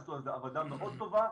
הם עשו עבודה מאוד טובה.